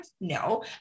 No